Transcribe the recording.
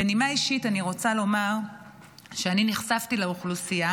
בנימה אישית אני רוצה לומר שאני נחשפתי לאוכלוסייה